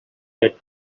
that